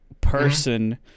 person